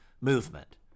movement